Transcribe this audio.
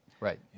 Right